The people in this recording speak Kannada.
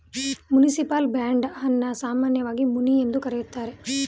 ಮುನಿಸಿಪಲ್ ಬಾಂಡ್ ಅನ್ನ ಸಾಮಾನ್ಯವಾಗಿ ಮುನಿ ಎಂದು ಕರೆಯುತ್ತಾರೆ